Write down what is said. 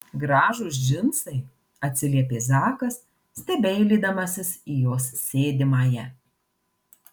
gražūs džinsai atsiliepė zakas stebeilydamasis į jos sėdimąją